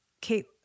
Kate